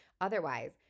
Otherwise